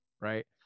right